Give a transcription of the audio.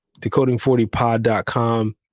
decoding40pod.com